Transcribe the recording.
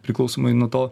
priklausomai nuo to